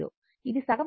ఇది సగం సైకిల్ కి